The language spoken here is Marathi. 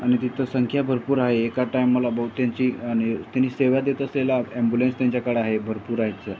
आणि तिथं संख्या भरपूर आहे एका टाईमाला बहुत त्यांची आणि त्यांनी सेवा देत असेल ॲम्ब्युलन्स त्यांच्याकडं आहे भरपूर आहेत असं